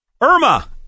Irma